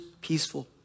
peaceful